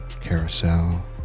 carousel